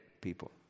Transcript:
people